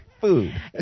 food